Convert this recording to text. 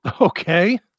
okay